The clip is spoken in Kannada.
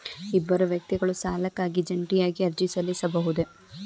ಇಬ್ಬರು ವ್ಯಕ್ತಿಗಳು ಸಾಲಕ್ಕಾಗಿ ಜಂಟಿಯಾಗಿ ಅರ್ಜಿ ಸಲ್ಲಿಸಬಹುದೇ?